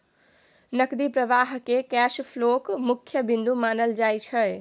नकदी प्रवाहकेँ कैश फ्लोक मुख्य बिन्दु मानल जाइत छै